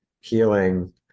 healing